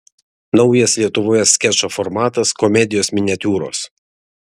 naujas lietuvoje skečo formatas komedijos miniatiūros